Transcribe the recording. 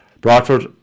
Bradford